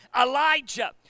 Elijah